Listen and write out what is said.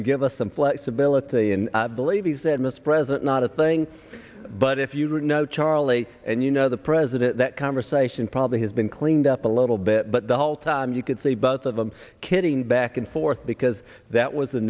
and give us some flexibility in believes that mispresent not a thing but if you don't know charlie and you know the president that conversation probably has been cleaned up a little bit but the whole time you could see both of them kidding back and forth because that was the